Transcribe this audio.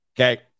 Okay